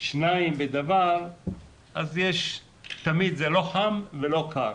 שניים בדבר אז תמיד זה לא חם ולא קר